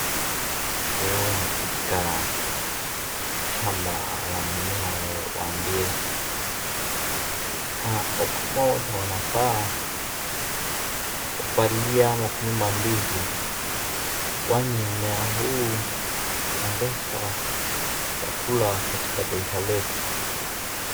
Huu ni katika shamba la mimea wa ndizi. Wakulima wote wanafaa kupalilia mandizi, kwani mmea huu huongeza chakula katika taifa letu.